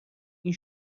این